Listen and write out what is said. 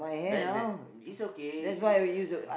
that that it's okay uh